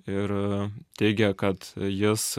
ir teigė kad jis